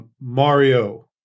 Mario